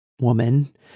woman